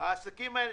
העסקים האלה,